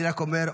אני רק אומר,